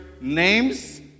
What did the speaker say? names